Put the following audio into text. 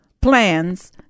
plans